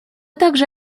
также